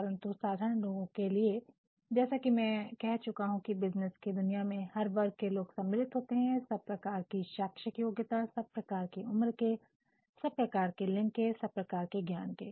परंतु साधारण लोगों के लिए जैसा कि मैं पहले कह चुका हूं की बिज़नेस की दुनिया में हर वर्ग के लोग सम्मिलित होते हैं सब प्रकार की शैक्षिक योग्यता के सब प्रकार की उम्र के सब प्रकार के लिंग के सब प्रकार की ज्ञान के